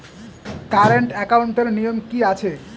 Current একাউন্টের নিয়ম কী আছে?